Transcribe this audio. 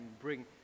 bring